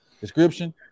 description